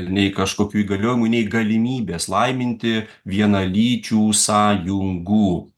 nei kažkokių įgaliojimų nei galimybės laiminti vienalyčių sąjungų